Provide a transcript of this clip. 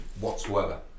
whatsoever